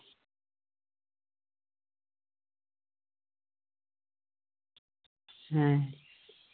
ᱦᱮᱸ